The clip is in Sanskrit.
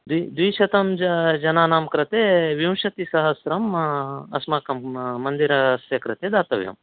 द्वि द्विशतं जनानां कृते विंशतिसहस्रम् अस्माकं मन्दिरस्य कृते दातव्यं